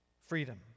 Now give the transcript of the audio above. freedom